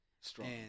Strong